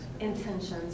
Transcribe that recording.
intentions